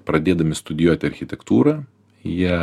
pradėdami studijuoti architektūrą ją